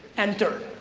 enter.